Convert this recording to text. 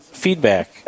feedback